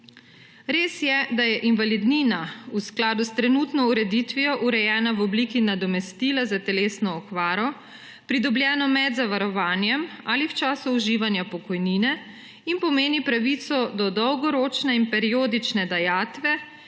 Res je, da je invalidnina v skladu s trenutno ureditvijo urejena v obliki nadomestila za telesno okvaro, pridobljeno med zavarovanjem ali v času uživanja pokojnine, in pomeni pravico do dolgoročne in periodične dajatve,